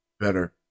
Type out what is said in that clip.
better